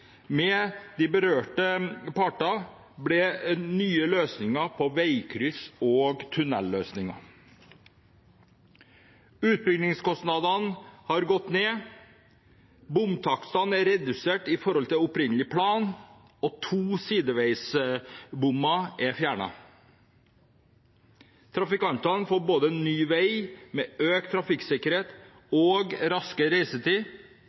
med de berørte parter ble det nye løsninger for veikryss og tunneler. Utbyggingskostnadene har gått ned, bompengetakstene er redusert i forhold til opprinnelig plan, og to sideveibommer er fjernet. Trafikantene får både ny vei med økt trafikksikkerhet og raskere reisetid,